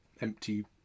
empty